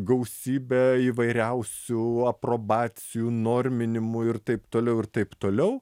gausybę įvairiausių aprobacijų norminimų ir taip toliau ir taip toliau